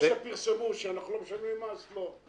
פרסמו שאנחנו לא משלמים מס - אז לא.